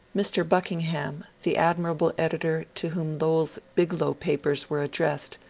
mr. buckingham, the admirable editor to whom lowell's biglow papers were addressed,